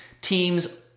teams